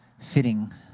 fitting